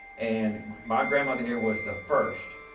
and my grandmother here was the first